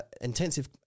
intensive